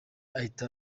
ahita